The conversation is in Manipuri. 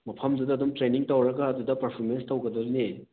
ꯃꯐꯝꯗꯨꯗ ꯑꯗꯨꯝ ꯇ꯭ꯔꯦꯟꯅꯤꯡ ꯇꯧꯔꯒ ꯑꯗꯨꯗ ꯄꯔꯐꯣꯔꯃꯦꯟꯁ ꯇꯧꯒꯗꯣꯏꯅꯦ